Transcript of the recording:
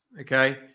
okay